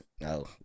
No